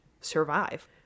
survive